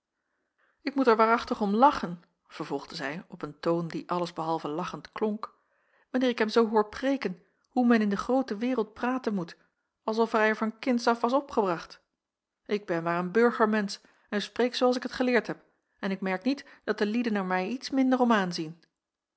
ik moet er waarachtig om lachen vervolgde zij op een toon die alles behalve lachend klonk wanneer ik hem zoo hoor preêken hoe men in de groote wereld praten moet als of hij er van kinds af was opgebracht ik ben maar een burgermensch en spreek zoo als ik het geleerd heb en ik merk niet dat de lieden er mij iets minder om aanzien